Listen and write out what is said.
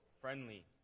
friendly